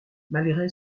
malgré